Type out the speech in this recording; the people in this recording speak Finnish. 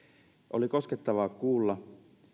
oli koskettavaa kuulla